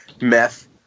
meth